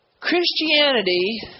Christianity